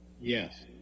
Yes